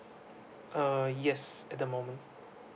uh yes at the moment